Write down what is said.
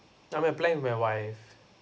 uh we're planning with my wife